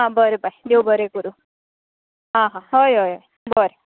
आं बरें बाय देव बरें करूं आं हां हय हय हय बरें